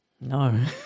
No